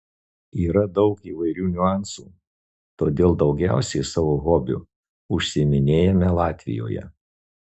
yra daug įvairių niuansų todėl daugiausiai savo hobiu užsiiminėjame latvijoje